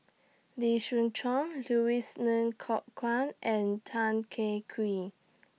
Lee Siew Choh Louis Ng Kok Kwang and Tan Kah Cream